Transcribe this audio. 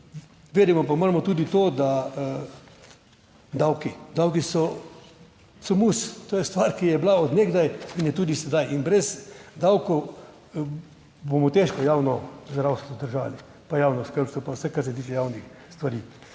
Vedeti pa moramo tudi to, davki so mus, to je stvar, ki je bila od nekdaj in je tudi sedaj in brez davkov bomo težko javno zdravstvo obdržali, pa javno skrbstvo pa vsaj kar se tiče javnih stvari.